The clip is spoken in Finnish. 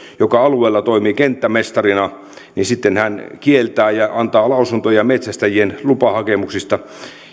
joka alueella toimii kenttämestarina kieltää ja antaa lausuntoja metsästäjien lupahakemuksista